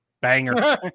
Banger